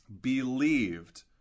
believed